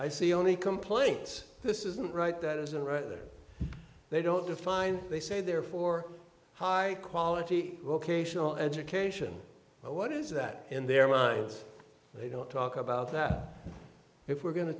i see only complaints this isn't right that isn't right or they don't define they say they're for high quality vocational education but what is that in their minds they don't talk about that if we're go